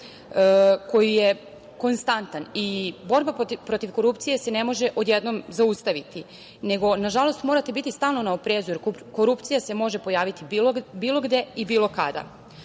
koji je konstantan. Borba protiv korupcije se ne može odjednom zaustaviti, nego, nažalost, morate biti stalno na oprezu, jer korupcija se može pojaviti bilo gde i bilo kada. Naša